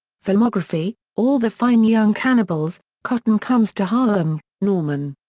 filmography all the fine young cannibals cotton comes to harlem norman.